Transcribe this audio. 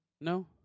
No